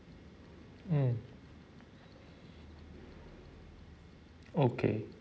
mm okay